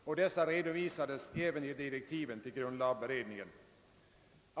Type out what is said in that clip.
Dessa linjer redovisades även i direktiven till grundlagberedningen.